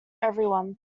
everyone